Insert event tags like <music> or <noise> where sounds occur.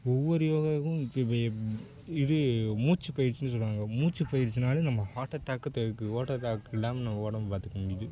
ஒவ்வொரு யோகாவுக்கும் இப்போ இது மூச்சுப் பயிற்சின்னு சொல்லுவாங்க மூச்சுப் பயிற்சினால் நம்ம ஹார்ட் அட்டாக்கை தவிர்க்கிறது <unintelligible> இல்லாம நம்ம உடம்ப பார்த்துக்க முடியுது